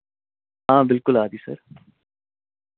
हां बिलकुल आ दी सर